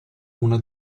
una